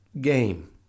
game